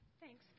Thanks